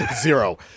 Zero